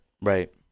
Right